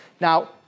Now